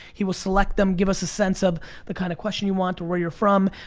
he will select them, give us a sense of the kind of question you want or where you're from.